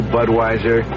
Budweiser